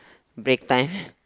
break time